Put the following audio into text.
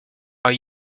are